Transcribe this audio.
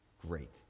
Great